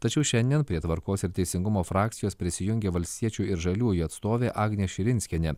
tačiau šiandien prie tvarkos ir teisingumo frakcijos prisijungė valstiečių ir žaliųjų atstovė agnė širinskienė